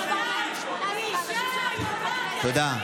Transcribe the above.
תודה.